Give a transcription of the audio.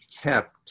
kept